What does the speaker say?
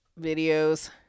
videos